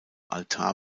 altar